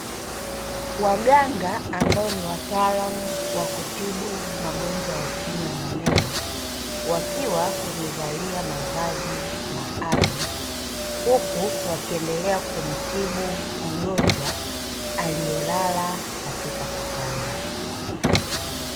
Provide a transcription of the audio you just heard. Waganga ambao ni wataalamu wa kutibu magonjwa ya kinywa na meno, wakiwa wamevalia mavazi maalumu; huku wakiendelea kumtibu mgonjwa aliyelala katika kitanda.